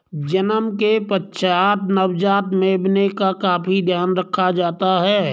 जन्म के पश्चात नवजात मेमने का काफी ध्यान रखा जाता है